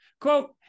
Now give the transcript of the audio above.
Quote